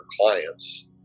clients